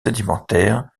sédimentaire